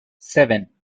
seven